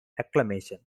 acclamation